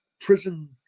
prison